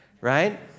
right